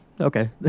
okay